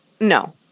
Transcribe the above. No